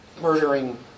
murdering